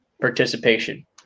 participation